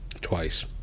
twice